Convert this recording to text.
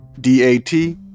d-a-t